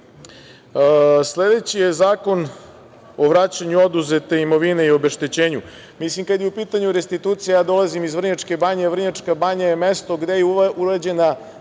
zakon. Sledeći je Zakon o vraćanju oduzete imovine i obeštećenju. Kada je u pitanju restitucija, ja dolazim iz Vrnjačke banje, Vrnjačka banja je mesto gde je urađena